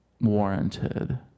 warranted